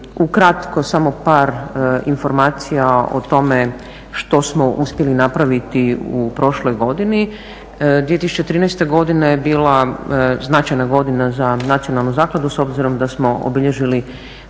Ukratko samo par informacija o tome što smo uspjeli napraviti u prošloj godini. 2013. godina je bila značajna godina za Nacionalnu zakladu s obzirom da smo obilježili